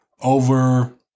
over